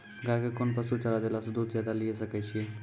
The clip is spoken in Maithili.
गाय के कोंन पसुचारा देला से दूध ज्यादा लिये सकय छियै?